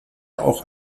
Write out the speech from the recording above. auch